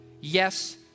yes